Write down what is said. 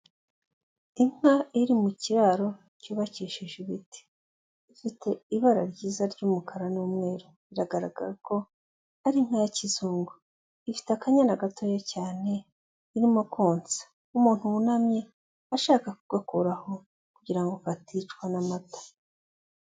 Inka iri mu kiraro cyubakishije ibiti, ifite ibara ryiza ry'umukara n'umweru, biragaragara ko ari inka ya kizungu, ifite akanya gatoya cyane irimo konsa, umuntu wunamye ashaka kugakuraho kugira ngo katicwa n'amata.